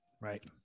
right